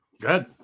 Good